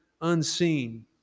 unseen